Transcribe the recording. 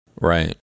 Right